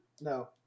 no